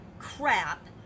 crap